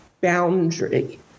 boundary